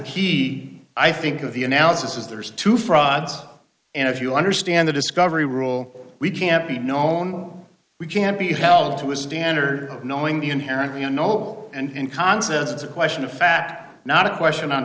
key i think of the analysis is there's two frauds and if you understand the discovery rule we can't be known we can't be held one to a standard knowing the inherently unknowable and concepts it's a question of fact not a question on